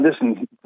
Listen